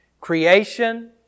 creation